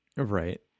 right